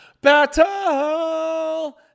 Battle